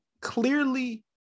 clearly